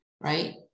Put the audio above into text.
right